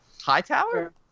Hightower